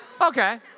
okay